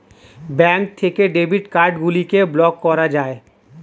bank থেকে debit card গুলিকে block করা যায়